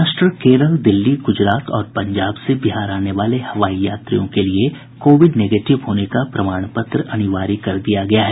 महाराष्ट्र केरल दिल्ली गुजरात और पंजाब से बिहार आने वाले हवाई यात्रियों के लिए कोविड निगेटिव होने का प्रमाण पत्र अनिवार्य कर दिया गया है